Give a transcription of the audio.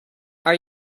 are